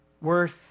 worth